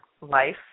life